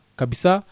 kabisa